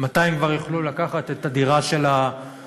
מתי הם כבר יוכלו לקחת את הדירה של ההורים,